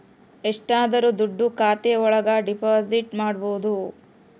ಎಷ್ಟಾದರೂ ದುಡ್ಡು ಖಾತೆ ಒಳಗ ಡೆಪಾಸಿಟ್ ಮಾಡ್ಬೋದು